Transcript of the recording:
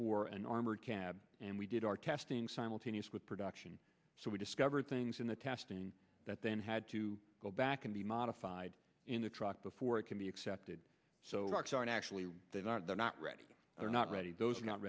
for an armored cab and we did our testing simultaneous with production so we discovered things in the testing that then had to go back and be modified in the truck before it can be accepted so rocks are actually they're not they're not ready they're not ready those